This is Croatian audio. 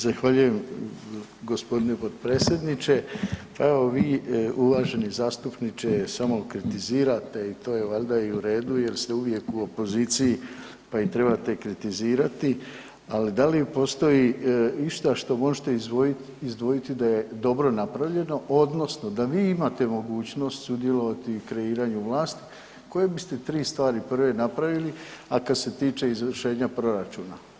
Zahvaljujem gospodine potpredsjedniče, pa evo vi uvaženi zastupniče samo kritizirate i to je valjda i uredu jer ste uvijek u opoziciji pa i trebate kritizirati, ali da li postoji išta što možete izdvojiti da je dobro napravljeno odnosno da vi imate mogućnost sudjelovati u kreiranju vlasti koje biste 3 stvari prve napravili, a kad se tiče izvršenja proračuna?